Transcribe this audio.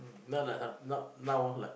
no lah some not now like